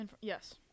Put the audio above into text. Yes